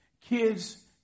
Kids